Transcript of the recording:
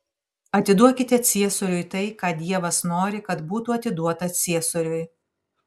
atiduokite ciesoriui tai ką dievas nori kad būtų atiduota ciesoriui